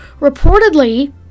Reportedly